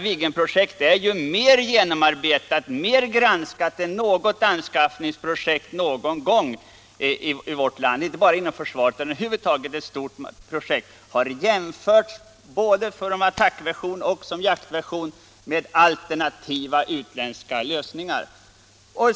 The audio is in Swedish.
Viggenprojektet är mer genomarbetat, mer granskat än något annat anskaffningsprojekt någon gång tidigare i vårt land, inte bara inom försvaret utan över huvud taget. Viggen har jämförts, både som attackversion och som jaktversion, med alternativa utländska lösningar.